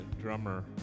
drummer